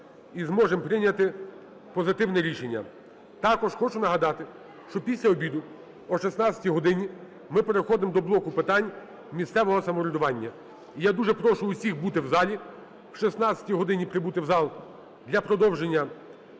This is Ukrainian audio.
і зможемо прийняти позитивне рішення. Також хочу нагадати, що після обіду, о 16 годині, ми переходимо до блоку питань місцевого самоврядування. І я дуже прошу всіх бути в залі, о 16 годині прибути в зал для продовження